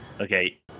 Okay